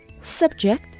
subject